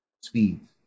speeds